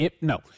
No